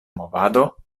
movado